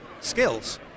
skills